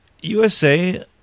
USA